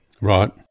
Right